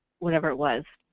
whatever it was,